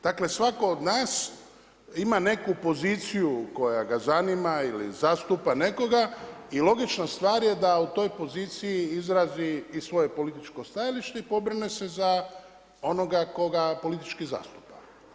Dakle, svatko od nas ima neku poziciju koja ga zanima ili zastupa nekoga i logična stvar je da u toj poziciji izrazi i svoje političko stajalište i pobrine se za onoga koga politički zastupa.